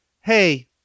hey